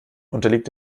unterliegt